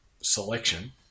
selection